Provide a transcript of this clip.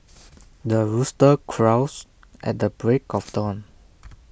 the rooster crows at the break of dawn